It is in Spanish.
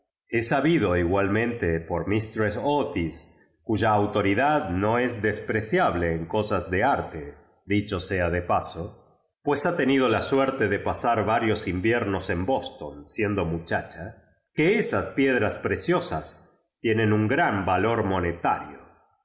he sabido igual mente por mistress otis cuya autoridad no es despreciable en cosas de arie dicho sea de poso pues isa tenido la suerte de pasar varios inviernos en boston siendo muchacha que esas piedras preciosas tienen nn grao valor monetario